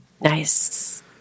nice